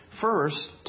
first